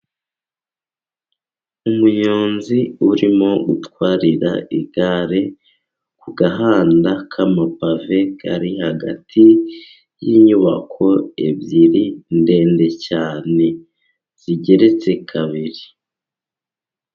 Umunyonzi urimo gutwarira igare ku gahanda k'amabave, kari hagati y'inyubako ebyiri ndende cyane, zigeretse kabiri.